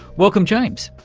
welcome james.